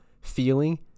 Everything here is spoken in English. feeling